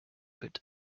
but